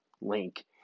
link